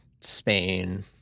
Spain